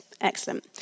Excellent